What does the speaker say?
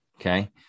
Okay